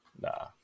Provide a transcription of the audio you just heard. nah